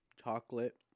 chocolate